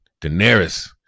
Daenerys